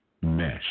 mesh